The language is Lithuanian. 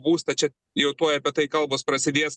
būstą čia jau tuoj apie tai kalbos prasidės